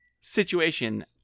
situation